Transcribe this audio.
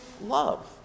love